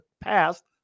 passed